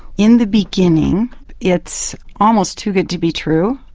in the beginning it's almost too good to be true,